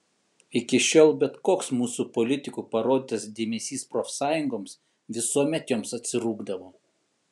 iki šiol bet koks mūsų politikų parodytas dėmesys profsąjungoms visuomet joms atsirūgdavo